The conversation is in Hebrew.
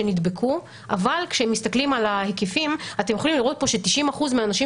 אבל כשמסתכלים על ההיקפים אתם יכולים לראות פה ש-90% מהאנשים